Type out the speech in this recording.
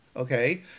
Okay